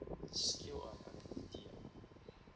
skill ah